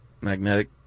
magnetic